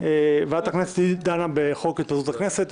ועדת הכנסת דנה בחוק התפזרות הכנסת,